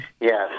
Yes